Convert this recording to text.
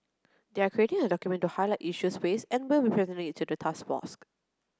they are creating a document to highlight issues faced and will be presenting it to the task force